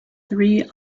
three